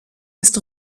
ist